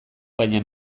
baina